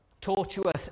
tortuous